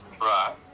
Right